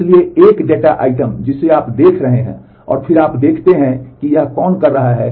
इसलिए एक data item जिसे आप देख रहे हैं और फिर आप देखते हैं कि यह कौन कर रहा है